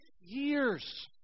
years